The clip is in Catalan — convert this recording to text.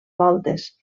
voltes